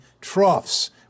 troughs